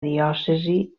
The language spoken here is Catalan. diòcesi